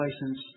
license